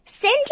Send